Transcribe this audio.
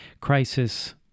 crisis